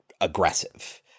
aggressive